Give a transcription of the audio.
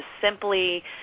simply